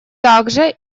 также